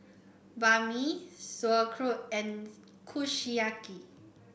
Banh Mi Sauerkraut and Kushiyaki